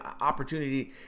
opportunity